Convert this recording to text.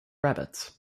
rabbits